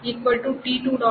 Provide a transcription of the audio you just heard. Y t2